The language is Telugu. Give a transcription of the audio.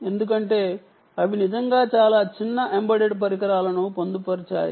ఎందుకంటే అవి నిజంగా చాలా చిన్న ఎంబెడెడ్ పరికరాలను పొందుపరిచాయి